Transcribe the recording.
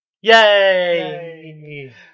Yay